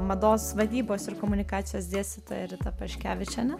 mados vadybos ir komunikacijos dėstytoja rita paškevičienė